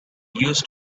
used